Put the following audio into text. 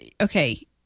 okay